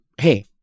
hey